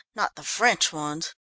not the french ones.